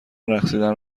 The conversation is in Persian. رقصیدن